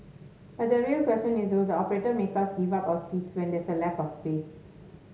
but the real question is will the operator make us give up our seats when there's a lack of space